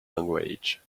language